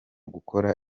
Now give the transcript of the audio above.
gukora